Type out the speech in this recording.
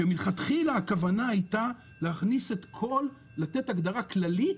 ומלכתחילה הכוונה הייתה לתת הגדרה כללית